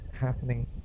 happening